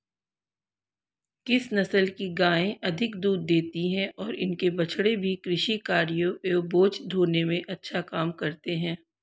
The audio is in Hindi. किस नस्ल की गायें अधिक दूध देती हैं और इनके बछड़े भी कृषि कार्यों एवं बोझा ढोने में अच्छा काम करते हैं?